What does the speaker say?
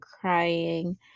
crying